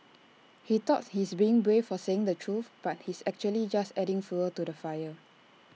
he thought he's brave for saying the truth but he's actually just adding fuel to the fire